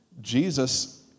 Jesus